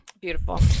Beautiful